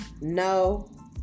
No